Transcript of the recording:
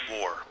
War